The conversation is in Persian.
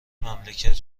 مملکت